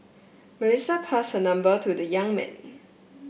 Melissa passed her number to the young man